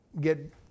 get